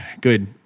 Good